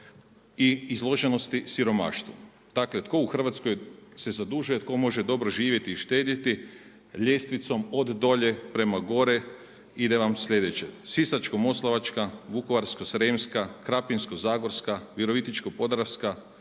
i izloženosti siromaštvu. Dakle, tko u Hrvatskoj se zadužuje, tko može dobro živjeti i štedjeti ljestvicom od dolje prema gore ide vam sljedeće. Sisačko-moslavačka, Vukovarsko-srijemska, Krapinsko-zagorska, Virovitičko-podravska,